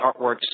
artworks